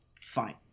Fine